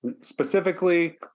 Specifically